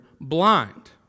blind